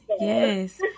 Yes